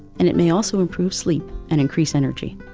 and, it may also improve sleep and increase energy.